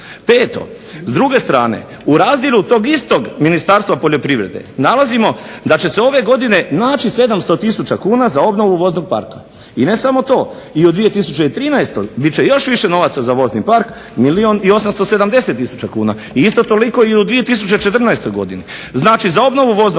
Peto, s druge strane u razdjelu tog istog Ministarstva poljoprivrede nalazimo da će se ove godine naći 700 tisuća kuna za obnovu voznog parka i ne samo to, i u 2013. bit će još više novaca za vozni park, milijun i 870 tisuća kuna. I isto toliko i u 2014. godini. Znači za obnovu voznog parka